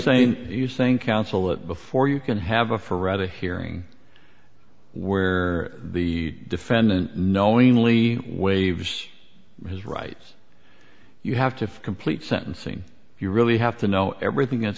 saying you think counsel that before you can have a forever hearing where the defendant knowingly waves his rights you have to complete sentencing you really have to know everything